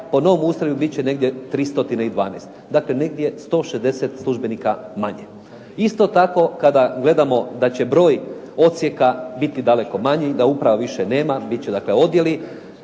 po novom ustroju bit će negdje 312. Dakle, negdje 160 službenika manje. Isto tako kada gledamo da će broj odsjeka biti daleko manji, da uprava više nema, bit će dakle